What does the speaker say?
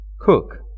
cook